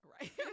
Right